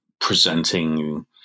presenting